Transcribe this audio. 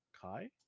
Kai